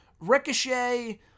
Ricochet